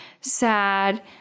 sad